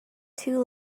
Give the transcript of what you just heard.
two